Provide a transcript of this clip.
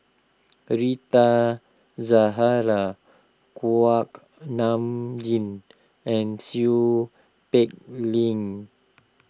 Rita Zahara Kuak Nam Jin and Seow Peck Ling